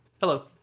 Hello